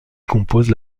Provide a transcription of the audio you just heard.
compose